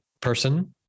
person